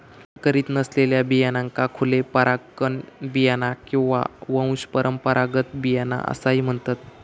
संकरीत नसलेल्या बियाण्यांका खुले परागकण बियाणा किंवा वंशपरंपरागत बियाणा असाही म्हणतत